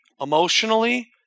emotionally